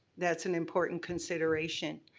that's an important consideration.